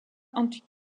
anti